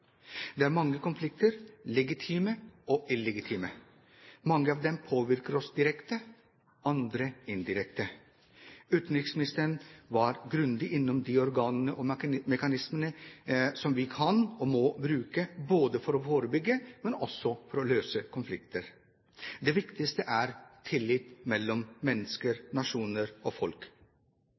Det er mange konflikter, legitime og illegitime. Mange av dem påvirker oss direkte, andre indirekte. Utenriksministeren var grundig innom de organene og mekanismene som vi kan og må bruke, ikke bare for å forebygge, men også for å løse konflikter. Det viktigste er tillit mellom mennesker, nasjoner og folk.